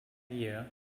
year